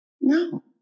no